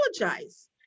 apologize